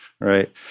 Right